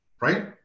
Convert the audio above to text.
Right